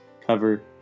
cover